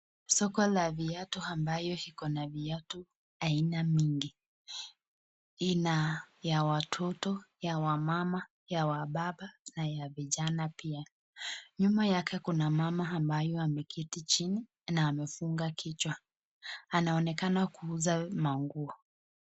Soko la viatu ambayo iko na viatu, aina mingi ina ya watoto ya wamama, ya wababa na ya vijana pia, nyuma yake kuna mama ambaye ameketi chini na amefunga kichwa, anaonekana kuuza manguo.